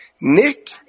Nick